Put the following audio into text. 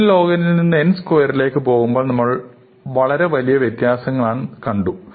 n log n ൽ നീന്ന് n സ്ക്വയറിലേക്ക് പോകുമ്പോൾ വളരെ വലിയ വ്യത്യാസങ്ങൾ നമ്മൾ കണ്ടു